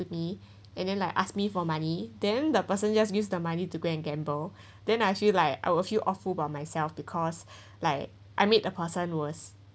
to me and then like ask me for money then the person just use the money to go and gamble then I feel like I will feel awful by myself because like I made a person worse